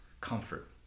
comfort